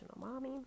Mommy